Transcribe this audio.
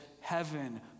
heaven